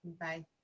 Bye